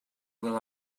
will